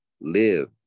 live